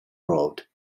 road